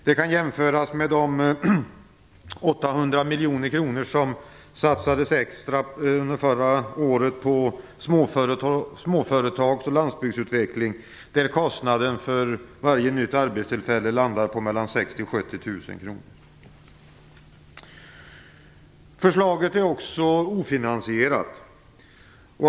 Det kan jämföras med de 800 miljoner kronor som satsades extra under förra året på småföretags och landsbygdsutveckling, där kostnaden för varje nytt arbetstillfälle landade på 60 000-70 000 kr. Förslaget är också ofinansierat.